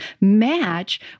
match